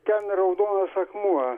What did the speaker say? ten raudonas akmuo